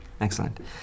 Excellent